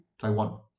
Taiwan